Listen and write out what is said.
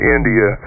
India